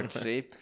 see